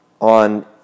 On